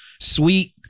sweet